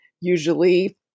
usually